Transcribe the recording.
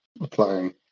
applying